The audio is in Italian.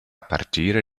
partire